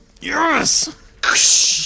Yes